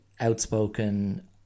Outspoken